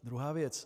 Druhá věc.